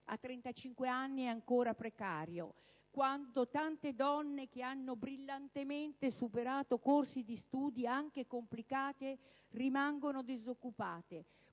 a 35 anni è ancora precario, oppure quando tante donne che hanno brillantemente superato corsi di studio anche complicati rimangono disoccupate,